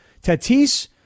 Tatis